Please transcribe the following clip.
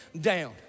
down